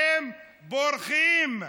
הם בורחים.